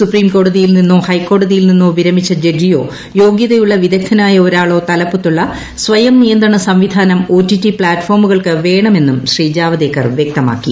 supreme കോടതിയിൽ നിന്നോ ഹൈക്കോടതിയിൽ നിന്നോ വിരമിച്ച ജഡ്ജിയോ യോഗൃതയുളള വിദഗ്ധനായ ഒരാളോ തലപ്പത്തുള്ള സ്വയം നിയന്ത്രണ സംവിധാനം ഒറ്റിറ്റി പ്ലാറ്റ്ഫോമുകൾക്ക് വേണമെന്നും ശ്രീ ജാവദേക്കർ വൃക്തമാക്കി